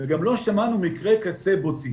וגם לא שמענו מקרי קצה בולטים.